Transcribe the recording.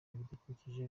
ibidukikije